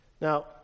Now